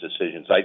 decisions